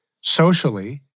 socially